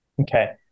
Okay